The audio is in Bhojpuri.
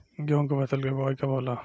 गेहूं के फसल के बोआई कब होला?